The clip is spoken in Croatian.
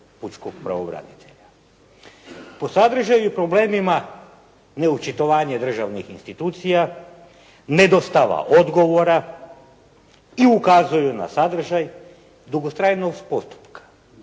pučkog pravobranitelja. Po sadržaju i problemima neočitovanju državnih institucija, ne dostava odgovora i ukazuju na sadržaj dugotrajnost postupka.